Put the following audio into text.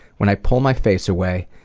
when i pull my face away,